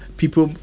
people